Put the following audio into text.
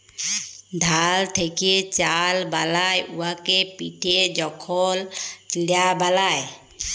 ধাল থ্যাকে চাল বালায় উয়াকে পিটে যখল চিড়া বালায়